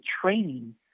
training